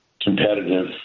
competitive